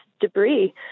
Debris